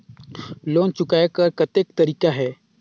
Loan चुकाय कर कतेक तरीका है?